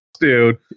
dude